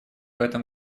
этом